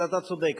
אבל אתה צודק,